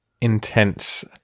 intense